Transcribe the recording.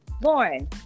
Lauren